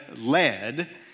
led